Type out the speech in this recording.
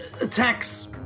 attacks